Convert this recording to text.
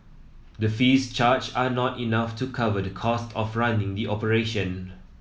the fees charged are not enough to cover the cost of running the operation